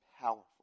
powerful